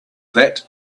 that